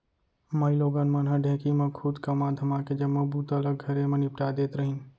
माइलोगन मन ह ढेंकी म खुंद कमा धमाके जम्मो बूता ल घरे म निपटा देत रहिन